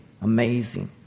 amazing